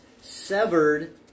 severed